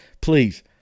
please